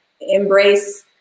embrace